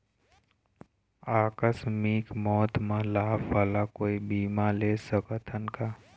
आकस मिक मौत म लाभ वाला कोई बीमा ले सकथन का?